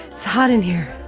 hot in here